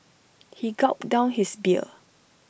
he gulped down his beer